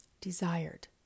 desired